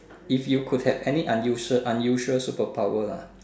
if you could have any unusual unusual super power lah